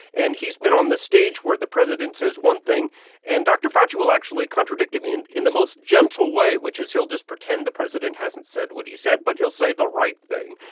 and he's been on the stage where the president says one thing and dr. fauci will actually contradict him in in the most gentle way, which is he'll just pretend the president hasn't said what he said. but he'll say the right thing.